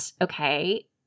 okay